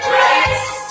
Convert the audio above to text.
Grace